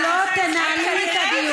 לא תנהלי לי את הדיון.